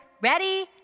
Ready